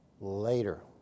later